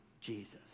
Jesus